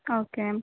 okay